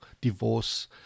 divorce